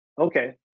okay